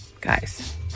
Guys